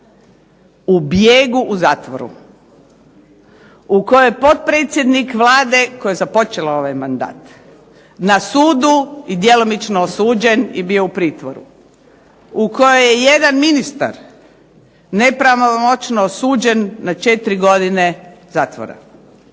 u bijegu, u zatvoru, u kojoj potpredsjednik Vlade koji je započela ovaj mandat, na sudu i djelomično osuđen i bio u pritvoru, u kojoj je jedan ministar nepravomoćno osuđen na četiri godine zatvora,